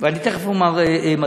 ואני תכף אומר מדוע.